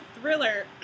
thriller